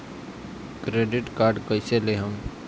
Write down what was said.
Credit card कईसे लेहम?